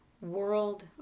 world